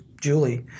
Julie